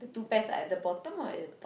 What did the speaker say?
two pairs at the bottom or at the top